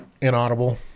inaudible